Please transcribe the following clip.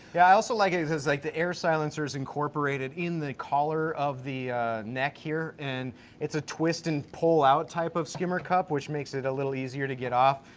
yeah i also like it cause like the air silencer's incorporated in the collar of the neck here, and it's a twist and pull out type of skimmer cup, which makes it a little easier to get off.